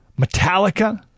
Metallica